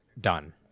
done